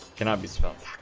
can be so done,